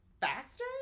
faster